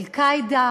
"אל-קאעידה",